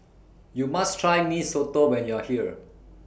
YOU must Try Mee Soto when YOU Are here